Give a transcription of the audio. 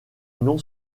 non